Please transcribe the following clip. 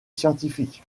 scientifique